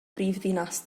brifddinas